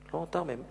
לא נותר מהם.